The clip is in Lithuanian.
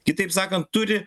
kitaip sakant turi